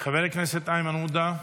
חבר הכנסת איימן עודה,